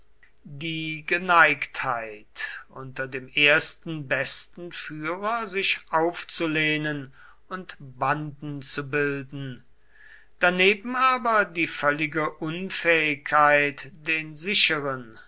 die geneigtheit unter dem ersten besten führer sich aufzulehnen und banden zu bilden daneben aber die völlige unfähigkeit den sicheren